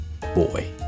boy